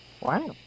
Wow